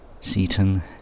Seaton